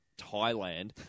Thailand